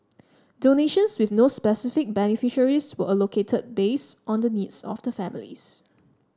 donations with no specific beneficiaries were allocated based on the needs of the families